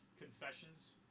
Confessions